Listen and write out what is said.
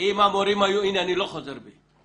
אם המורים היו, הנה, אני לא חוזר בי.